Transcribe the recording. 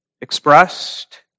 expressed